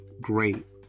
great